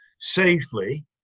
safely